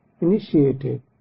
Initiated